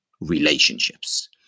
relationships